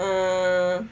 err